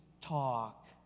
talk